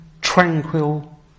tranquil